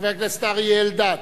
חבר הכנסת אריה אלדד,